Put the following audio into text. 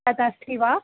तदस्ति वा